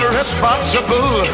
responsible